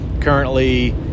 currently